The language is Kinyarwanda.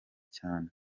cyane